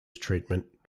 treatment